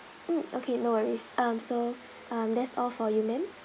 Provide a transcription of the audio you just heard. mm okay no worries um so um that's all for you ma'am